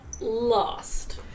lost